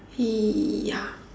ya